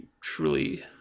truly